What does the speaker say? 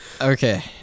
okay